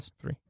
Three